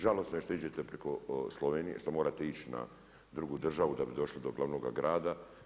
Žalosno je što iđete priko Slovenije, što morate ići na drugu državu da bi došli do glavnoga grada.